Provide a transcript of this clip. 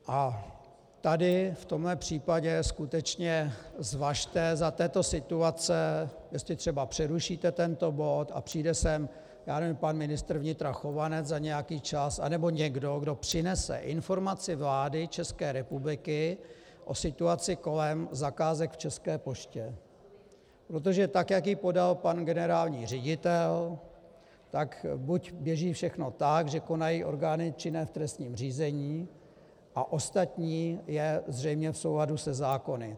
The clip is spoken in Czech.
V tomto případě skutečně zvažte za této situace, jestli třeba přerušíte tento bod a přijde sem, já nevím, pan ministr vnitra Chovanec za nějaký čas anebo někdo, kdo přinese informaci vlády ČR o situaci kolem zakázek v České poště, protože tak jak ji podal pan generální ředitel, tak buď běží všechno tak, že konají orgány činné v trestním řízení a ostatní je zřejmě v souladu se zákony.